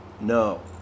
No